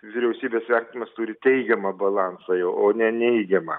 vyriausybės vertinimas turi teigiamą balansą jau o ne neigiamą